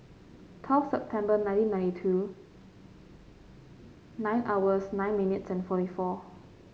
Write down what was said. twelve September nineteen ninety two nine hours nine minutes and forty four